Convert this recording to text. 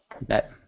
bet